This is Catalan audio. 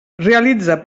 realitza